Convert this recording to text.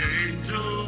angel